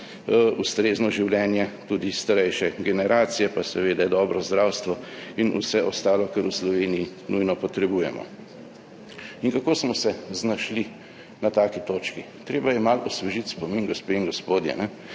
ustrezno življenje tudi starejše generacije, pa seveda dobro zdravstvo in vse ostalo, kar v Sloveniji nujno potrebujemo. Kako smo se znašli na taki točki? Treba je malo osvežiti spomin, gospe in gospodje.